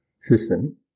system